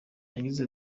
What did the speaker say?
yagize